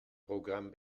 programm